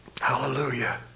Hallelujah